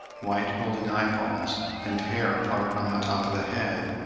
white rolling eyeballs, and hair parted on the top of the head,